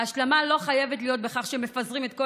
וההשלמה לא חייבת להיות בכך שמפזרים את כל